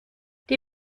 die